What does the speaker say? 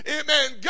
Amen